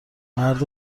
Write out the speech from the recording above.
مرد